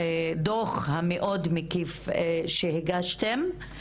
הדוח המאוד מקיף שהגשתם.